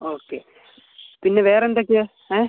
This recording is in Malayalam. ഓക്കെ പിന്നെ വേറെന്തെക്കെയാണ് ഏ